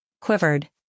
quivered